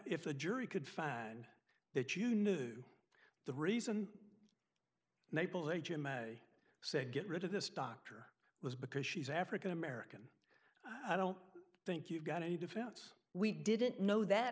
if the jury could find that you knew the reason they said get rid of this doctor was because she's african american i don't think you got any defense we didn't know that